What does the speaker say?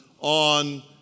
on